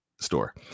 store